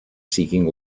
seeking